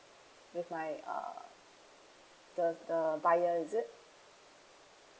with my uh the the buyer is it